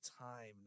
time